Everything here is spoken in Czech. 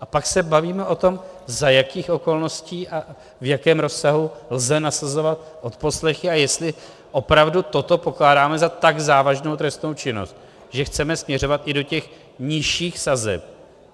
A pak se bavíme o tom, za jakých okolností a v jakém rozsahu lze nasazovat odposlechy a jestli opravdu toto pokládáme za tak závažnou trestnou činnost, že chceme směřovat i do těch nižších sazeb,